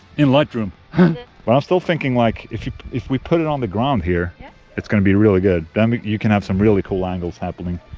in lightroom but i'm still thinking like if if we put it on the ground here it's going to be really good, then you can have some really cool angles happening.